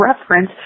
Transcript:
reference